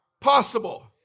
possible